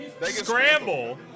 scramble